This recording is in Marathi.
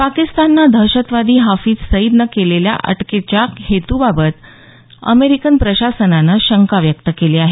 पाकिस्ताननं दहशतवादी हाफीज सईद केलेल्या अटकेच्या हेतूबाबत अमेरिकन प्रशासनानं शंका व्यक्त केली आहे